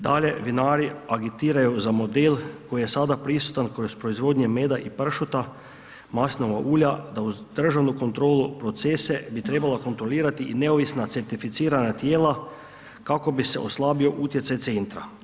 Dalje, vinari agitiraju za model koji je sada prisutan kroz proizvodnju meda i pršuta, maslinova ulja, da uz državnu kontrolu, procese bi trebala kontrolirati i neovisna certificirana tijela kako bi se oslabio utjecaj centra.